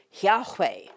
Yahweh